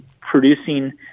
producing